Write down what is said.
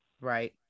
Right